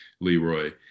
leroy